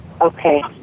Okay